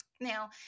Now